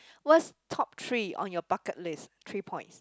what's top three on your bucket list three points